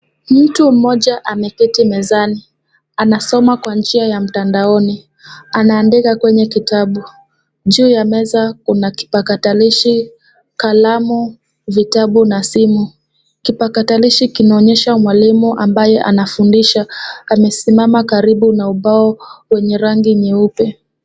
Mtu mmoja ameketi mezani, anasoma kwa njia ya mtandaoni, anaandika kwenye kitabu. Juu ya meza kuna kipakatalishi kalamu, vitabu na simu. Kipakatalishi kinaonyesha mwalimu ambaye anafundisha. Amesimama karibu na ubao wenye rangi nyeupe.